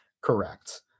correct